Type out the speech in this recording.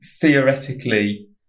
theoretically